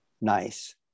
nice